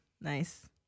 Nice